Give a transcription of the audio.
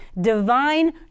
divine